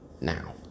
now